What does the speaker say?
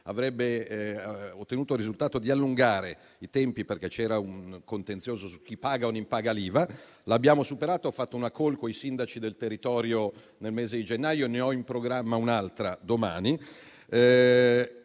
avrebbe ottenuto il risultato di allungare i tempi, perché c'era un contenzioso su chi paga o non paga l'IVA. Il contenzioso lo abbiamo superato. Io ho fatto una *call* con i sindaci del territorio nel mese di gennaio e ne ho in programma un'altra domani.